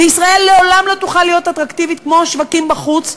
וישראל לעולם לא תוכל להיות אטרקטיבית כמו השווקים בחוץ,